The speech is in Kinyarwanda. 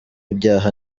ibyaha